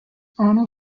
arnold